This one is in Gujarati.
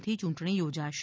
થી ચુંટણી યોજાશે